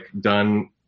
done